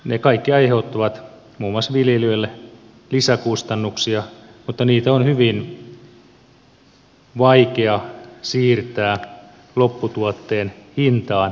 ne kaikki aiheuttavat muun muassa viljelijöille lisäkustannuksia mutta niitä on hyvin vaikea siirtää lopputuotteen hintaan